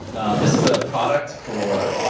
and this is a product for,